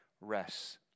rests